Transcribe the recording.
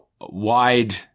wide